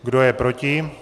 Kdo je proti?